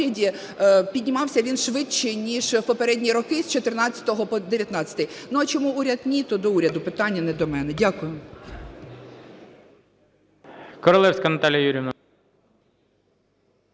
уряді підіймався він швидше ніж в попередні роки з 2014-го по 2019-й. Ну а чому уряд – ні, то до уряду питання, не до мене. Дякую.